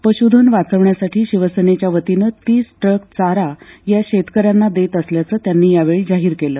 पशुधन वाचवण्यासाठी शिवसेनेच्या वतीनं तीस ट्रक चारा या शेतकऱ्यांना देत असल्याचं त्यांनी यावेळी जाहीर केलं